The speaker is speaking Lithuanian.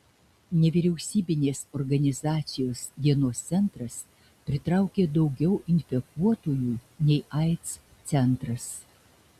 nevyriausybinės organizacijos dienos centras pritraukia daugiau infekuotųjų nei aids centras